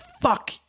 Fuck